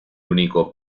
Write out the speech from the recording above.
único